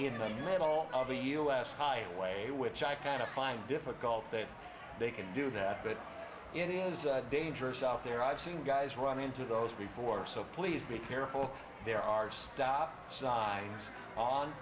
in the middle of the u s highway which i kind of find difficult that they can do that but it is dangerous out there i've seen guys run into those before so please be careful there are stop signs on